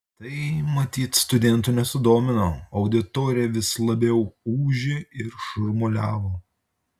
tai matyt studentų nesudomino auditorija vis labiau ūžė ir šurmuliavo